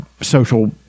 social